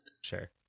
Sure